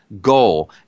Goal